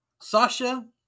Sasha